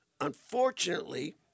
Unfortunately